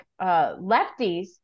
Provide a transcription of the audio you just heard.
lefties